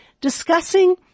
discussing